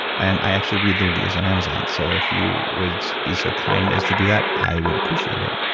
and i actually read the reviews on amazon. so, if you would be so kind as to do that, i would appreciate it.